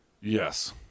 Yes